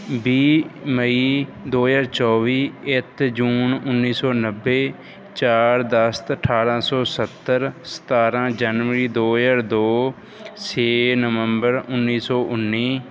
ਵੀਹ ਮਈ ਦੋ ਹਜ਼ਾਰ ਚੌਵੀ ਇੱਕ ਜੂਨ ਉੱਨੀ ਸੌ ਨੱਬੇ ਚਾਰ ਦਸਤ ਅਠਾਰਾਂ ਸੌ ਸੱਤਰ ਸਤਾਰਾਂ ਜਨਵਰੀ ਦੋ ਹਜ਼ਾਰ ਦੋ ਛੇ ਨਵੰਬਰ ਉੱਨੀ ਸੌ ਉੱਨੀ